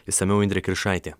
išsamiau indrė kiršaitė